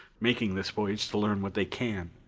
making this voyage to learn what they can.